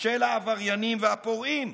של העבריינים והפורעים.